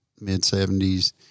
mid-70s